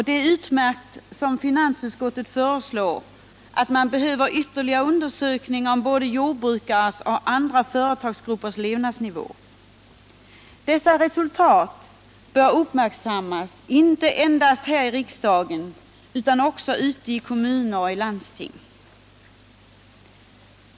Det är utmärkt att man, som finansutskottet föreslår, får ytterligare undersökningar om både jordbrukares och andra företagargruppers levnadsnivå. Dessa resultat bör uppmärksammas inte endast här i riksdagen utan också i kommuner och landsting.